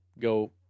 Go